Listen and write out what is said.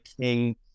king